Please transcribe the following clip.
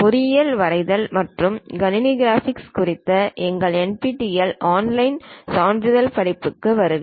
பொறியியல் வரைதல் மற்றும் கணினி கிராபிக்ஸ் குறித்த எங்கள் NPTEL ஆன்லைன் சான்றிதழ் படிப்புகளுக்கு வருக